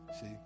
See